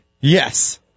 Yes